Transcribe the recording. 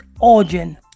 origin